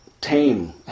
tame